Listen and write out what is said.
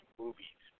movies